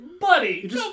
buddy